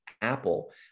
Apple